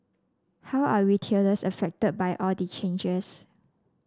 how are retailers affected by all the changes